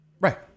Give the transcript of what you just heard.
Right